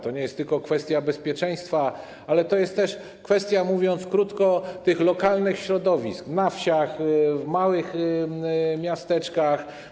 To nie jest tylko kwestia bezpieczeństwa, ale to jest też kwestia, mówiąc krótko, tych lokalnych środowisk na wsiach, w małych miasteczkach.